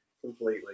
completely